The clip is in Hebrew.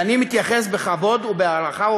ואני מתייחס בכבוד ובהערכה,